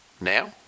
now